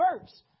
verse